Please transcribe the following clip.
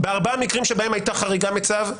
בארבעה המקרים שבהם הייתה חריגה מהצו,